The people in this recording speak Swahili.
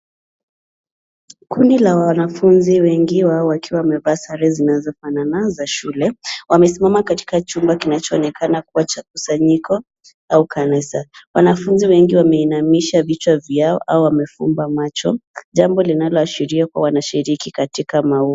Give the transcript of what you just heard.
Kundi la wanafunzi, wengi wao wakiwa wamevaa sare zinazofanana za shule. Wamesimama katika chumba kinachoonekana kuwa cha mkusanyiko au kanisa. Wanafunzi wengi wameinamisha vichwa vyao au wanafumba macho, jambo linaloashiria kuwa wanashiriki katika mafumbo.